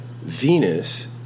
Venus